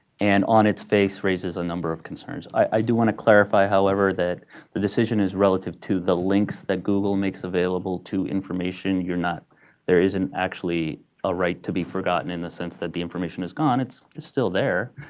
and on its face raises a number of concerns. i do want to clarify, however, that the decision is relative to the links that google makes available to information. you're not there isn't actually a right to be forgotten in the sense that the information is gone. it's still there.